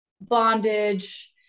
bondage